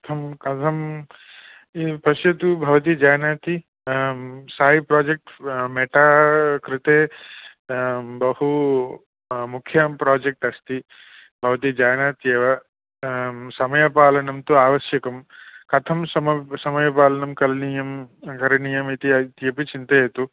कथं पश्यतु भवती जानाति साइ प्राजेक्ट् मेटा कृते बहु मुख्यं प्राजेक्ट् अस्ति भवती जानात्येव समयपालनं तु आवश्यकं कथं समयपालनं करणीयं न करणीयम् इ्त्यपि चिन्तयतु